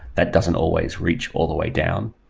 that doesn't always reach all the way down.